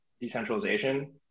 decentralization